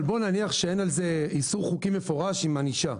אבל בוא נניח שאין על זה איסור חוקי מפורש עם ענישה.